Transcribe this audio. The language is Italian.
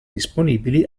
disponibili